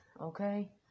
okay